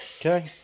Okay